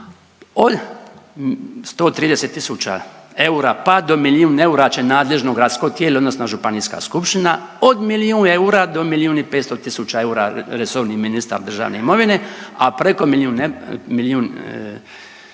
od 130 tisuća eura pa do milijun eura će nadležno gradsko tijelo odnosno županijska skupština, od milijun eura do milijun i 500 tisuća eura, resorni ministar državne imovine, a preko milijun